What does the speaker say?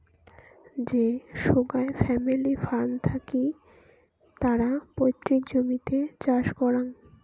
যে সোগায় family farm থাকি তারা পৈতৃক জমিতে চাষ করাং